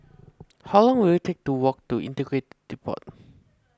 how long will it take to walk to Integrated Depot